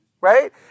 right